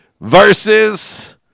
Versus